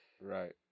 right